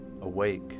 awake